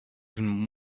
even